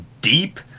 deep